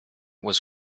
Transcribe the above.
was